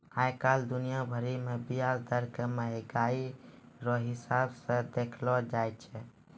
आइ काल्हि दुनिया भरि मे ब्याज दर के मंहगाइ रो हिसाब से देखलो जाय छै